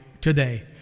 today